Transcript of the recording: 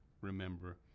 remember